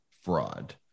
fraud